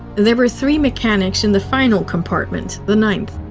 there were three mechanics in the final compartment, the ninth.